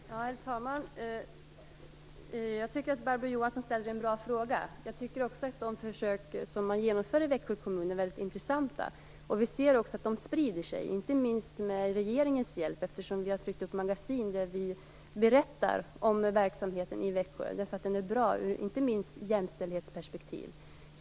Herr talman! Jag tycker att Barbro Johansson ställer en bra fråga. Jag tycker också att de försök som man genomför i Växjö kommun är väldigt intressanta. Vi ser också att de sprider sig, inte minst med regeringens hjälp. Vi har tryckt upp magasin där vi berättar om verksamheten i Växjö, därför att den är bra ur inte minst jämställdhetsperspektiv.